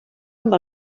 amb